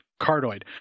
cardioid